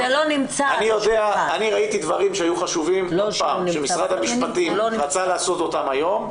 אני ראיתי דברים שהיו חשובים שמשרד המשפטים רצה לעשות אותם היום,